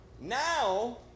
Now